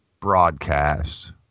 broadcast